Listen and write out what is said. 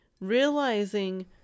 realizing